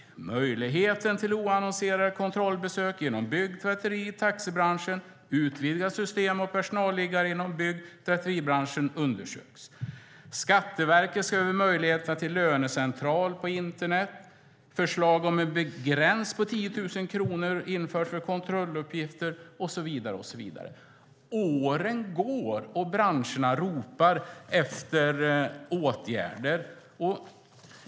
Det handlar om möjligheten till oannonserade kontrollbesök inom bygg-, tvätteri och taxibranschen. Ett utvidgat system med personalliggare inom bygg och tvätteribranschen undersöks. Skatteverket ser över möjligheterna till lönecentral på internet. Det är förslag om att införa en gräns på 10 000 för kontrolluppgifter, och så vidare. Åren går och branscherna ropar efter åtgärder.